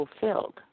fulfilled